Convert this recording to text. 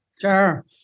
Sure